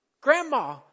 Grandma